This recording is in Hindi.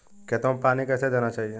खेतों में पानी कैसे देना चाहिए?